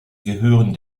gehören